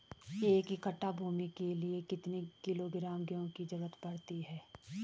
एक एकड़ भूमि के लिए कितने किलोग्राम गेहूँ की जरूरत पड़ती है?